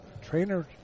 Trainer